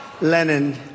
Lenin